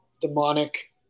demonic